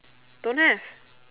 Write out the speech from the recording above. don't have